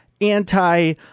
anti